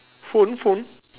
phone phone